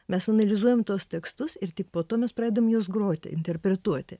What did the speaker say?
mes analizuojam tuos tekstus ir tik po to mes pradedam juos groti interpretuoti